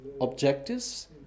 objectives